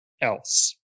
else